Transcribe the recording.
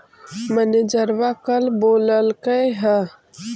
मैनेजरवा कल बोलैलके है?